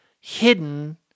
hidden